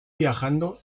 viajando